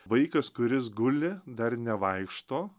vaikas kuris guli dar nevaikšto